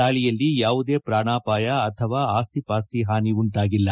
ದಾಳಿಯಲ್ಲಿ ಯಾವುದೇ ಪ್ರಾಣಾಪಾಯ ಅಥವಾ ಅಸ್ತಿ ವಾಸ್ತಿ ಹಾನಿ ಉಂಟಾಗಿಲ್ಲ